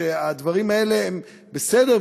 שהדברים האלה הם בסדר,